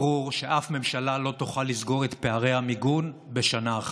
ברור שאף ממשלה לא תוכל לסגור את פערי המיגון בשנה אחת,